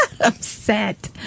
upset